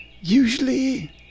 Usually